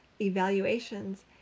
evaluations